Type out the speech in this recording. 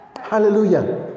Hallelujah